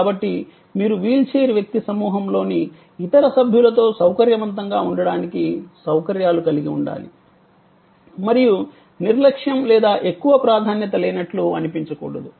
కాబట్టి మీరు వీల్చైర్ వ్యక్తి సమూహంలోని ఇతర సభ్యులతో సౌకర్యవంతంగా ఉండటానికి సౌకర్యాలు కలిగి ఉండాలి మరియు నిర్లక్ష్యం లేదా ఎక్కువ ప్రాధాన్యత లేనట్లు అనిపించకూడదు